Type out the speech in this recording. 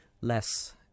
less